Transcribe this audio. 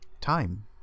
time